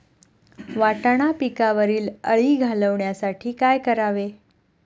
वाटाणा पिकावरील अळी घालवण्यासाठी काय करावे?